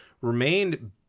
remained